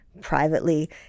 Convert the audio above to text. privately